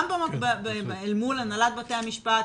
גם אל מול הנהלת בתי המשפט,